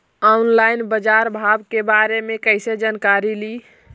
Online बाजार भाव के बारे मे कैसे जानकारी ली?